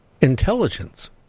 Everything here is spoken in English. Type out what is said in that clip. intelligence